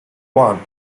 one